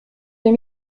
deux